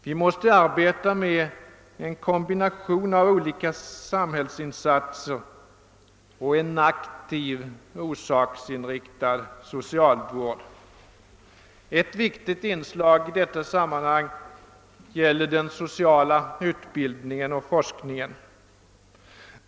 Vi måste arbeta med en kombination av olika samhällsinsatser och en aktiv orsaksinriktad socialvård. Ett viktigt inslag i detta sammanhang är den sociala utbildningen och forskningen.